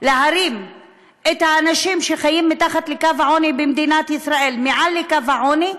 להרים את האנשים שחיים מתחת לקו העוני במדינת ישראל מעל לקו העוני,